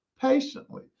patiently